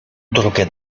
drugie